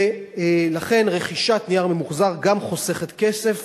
ולכן רכישת נייר ממוחזר גם חוסכת כסף